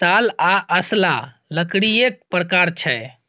साल आ असला लकड़ीएक प्रकार छै